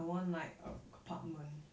I want like a apartment